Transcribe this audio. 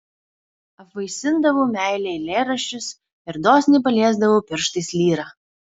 apvaisindavau meile eilėraščius ir dosniai paliesdavau pirštais lyrą